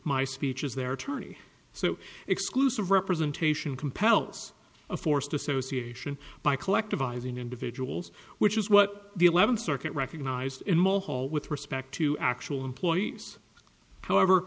my speech as their attorney so exclusive representation compels a forced association by collectivizing individuals which is what the eleventh circuit recognized in mall hall with respect to actual employees however